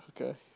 Okay